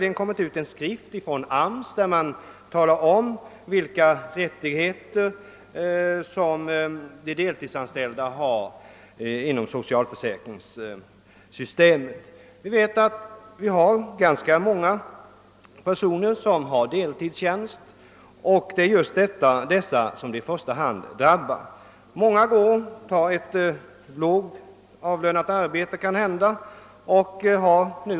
Arbetsmarknadsstyrelsen har nyligen givit ut en skrift, i vilken man talar om vilka rättigheter de deltidsanställda har i vårt socialförsäkringssystem. De människorna är ganska många, och de har kanske under tio års tid haft en lågt avlönad deltidstjänst.